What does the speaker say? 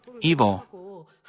evil